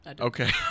Okay